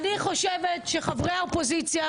אני חושבת שחברי האופוזיציה,